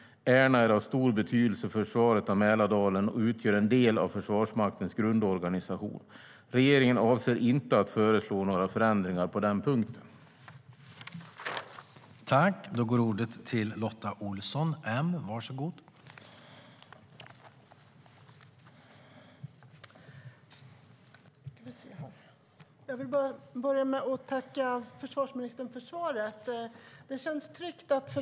Ärna är av stor betydelse för försvaret av Mälardalen och utgör en del av Försvarsmaktens grundorganisation. Regeringen avser inte att föreslå några förändringar på den punkten.